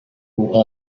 who